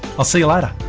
i'll see you later.